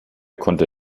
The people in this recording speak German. konnte